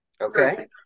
Okay